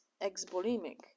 ex-bulimic